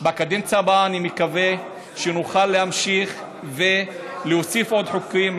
בקדנציה הבאה אני מקווה שנוכל להמשיך ולהוסיף עוד חוקים,